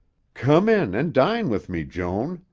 come in and dine with me, joan,